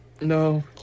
No